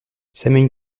samuel